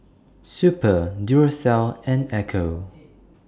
Super Duracell and Ecco